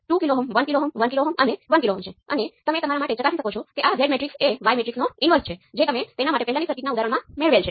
તેથી y11 g11 નથી કારણ કે તે સમાન ક્વોન્ટિટિના રેશિયો હોવા છતાં તેઓ વિવિધ પરિસ્થિતિઓમાં માપવામાં આવે છે